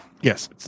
Yes